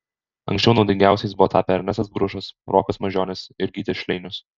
anksčiau naudingiausiais buvo tapę ernestas bružas rokas mažionis ir gytis šleinius